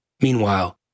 Meanwhile